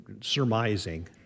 surmising